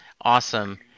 Awesome